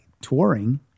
touring